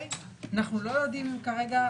אנחנו לא יודעים כרגע,